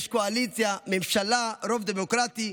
יש קואליציה, ממשלה, רוב דמוקרטי.